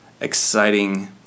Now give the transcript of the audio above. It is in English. exciting